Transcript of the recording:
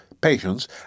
patience